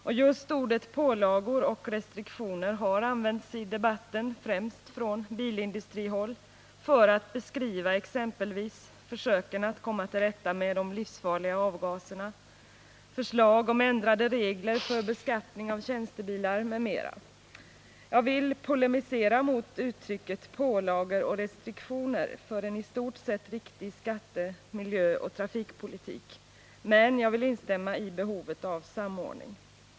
Och just orden pålagor och restriktioner har använts i debatten, främst från bilindustrihåll, för att beskriva exempelvis försöken att komma till rätta med de livsfarliga avgaserna, förslag om ändrade regler för beskattning av tjänstebilar m.m. Jag vill polemisera mot uttrycket pålagor och restriktioner för en i stort sett riktig skatte-, miljöoch trafikpolitik, men jag vill instämma i behovet av samordning.